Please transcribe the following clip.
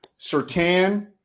Sertan